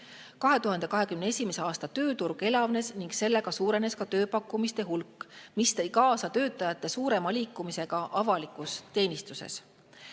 2021. aastal tööturg elavnes ning koos sellega suurenes ka tööpakkumiste hulk, mis tõi kaasa töötajate suurema liikumise ka avalikus teenistuses.